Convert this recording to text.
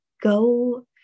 go